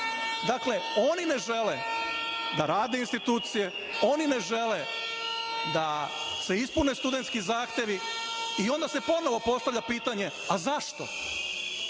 oni ne žele da rade institucije. Oni ne žele da se ispune studentski zahtevi i onda se ponovo postavlja pitanje – a zašto?